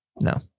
no